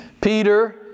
Peter